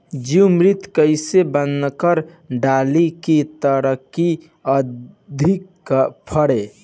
जीवमृत कईसे बनाकर डाली की तरकरी अधिक फरे?